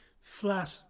flat